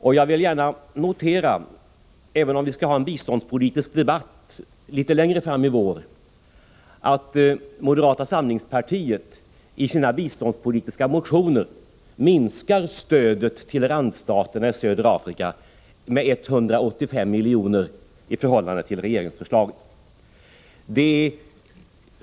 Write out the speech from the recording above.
Jag vill gärna notera, även om vi skall ha en biståndspolitisk debatt litet längre fram i vår, att moderata samlingspartiet i sina biståndspolitiska motioner kräver att stödet skall minskas till randstaterna i södra Afrika med 185 miljoner i förhållande till regeringsförslaget.